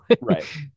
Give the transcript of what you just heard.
Right